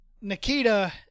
nikita